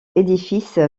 édifice